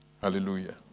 Hallelujah